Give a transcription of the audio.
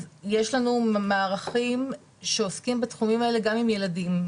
אז יש לנו מערכים שעוסקים בתחומים האלה גם עם ילדים.